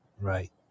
right